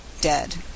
dead